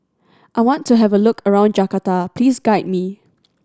I want to have a look around Jakarta Please guide me